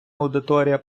аудиторія